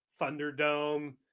Thunderdome